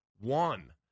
One